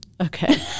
okay